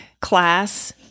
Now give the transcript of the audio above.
class